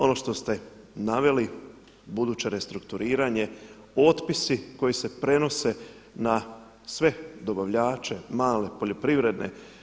Ono što ste naveli buduće restrukturiranje, otpisi koji se prenose na sve dobavljače, male poljoprivredne.